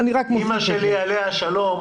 אימא שלי עליה השלום